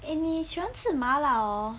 eh 你喜欢吃麻辣 hor